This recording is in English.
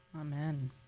Amen